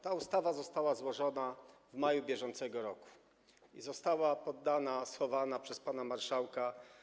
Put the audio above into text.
Ta ustawa została złożona w maju br. i została schowana przez pana marszałka.